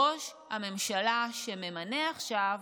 ראש הממשלה שממנה עכשיו